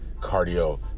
cardio